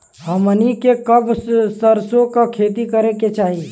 हमनी के कब सरसो क खेती करे के चाही?